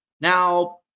Now